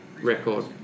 record